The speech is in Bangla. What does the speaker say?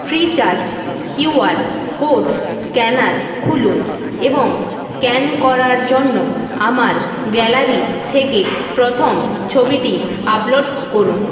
ফ্রিচার্জ কিউআর কোড স্ক্যানার খুলুন এবং স্ক্যান করার জন্য আমার গ্যালারি থেকে প্রথম ছবিটি আপলোড করুন